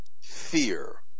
fear